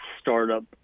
startup